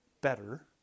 better